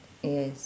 yes